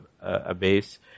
abase